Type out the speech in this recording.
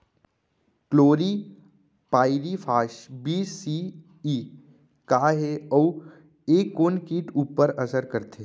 Chlorpyrifos बीस C E का हे अऊ ए कोन किट ऊपर असर करथे?